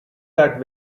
that